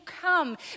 come